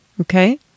Okay